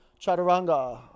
Chaturanga